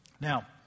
Now